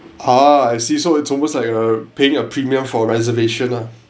ah I see so it's almost like err paying a premium for reservation ah